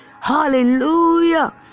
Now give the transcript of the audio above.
Hallelujah